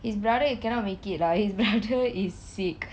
his brother he cannot make it lah his brother is sick